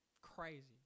crazy